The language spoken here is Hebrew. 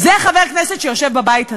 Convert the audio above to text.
זה חבר כנסת שיושב בבית הזה.